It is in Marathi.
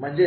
मी